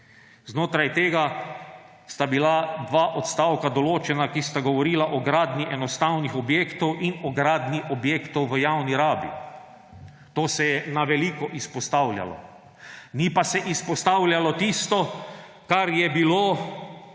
Znotraj tega sta bila dva odstavka določena, ki sta govorila o gradnji enostavnih objektov in o gradnji objektov v javni rabi. To se je na veliko izpostavljalo, ni pa se izpostavljalo tisto, kar je bilo